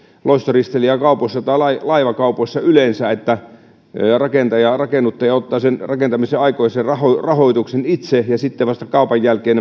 loistoristeilijäkaupoissa tai tai laivakaupoissa yleensä että rakennuttaja ottaa sen rakentamisen aikaisen rahoituksen itse ja sitten vasta kaupan jälkeen